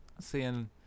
Seeing